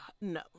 No